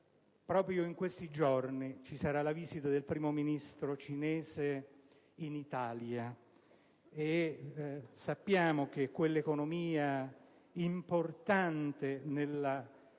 proprio in questi giorni ci sarà la visita dal Primo ministro cinese in Italia. Sappiamo che con quell'economia importante in